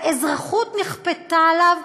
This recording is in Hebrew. האזרחות נכפתה עליו,